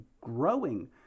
growing